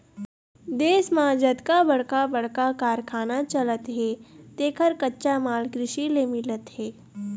देश म जतका बड़का बड़का कारखाना चलत हे तेखर कच्चा माल कृषि ले मिलत हे